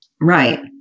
Right